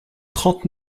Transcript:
trente